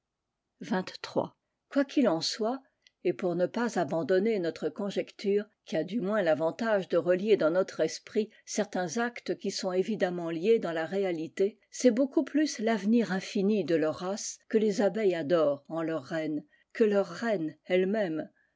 quoi qu'il en soit et pour ne pas abandonner notre conjecture qui a du moins tavantage de relier dans notre esprit certains actes qui sont évidemment liés dans la réalité c'est beaucoup plus l'avenir infini de leur race que les abeilles adorent en leur reine que leur reine elle-même